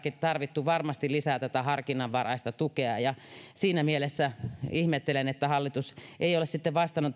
tarvittu varmasti lisää tätä harkinnanvaraista tukea ja siinä mielessä ihmettelen että hallitus ei ole sitten vastannut